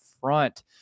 front